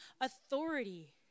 authority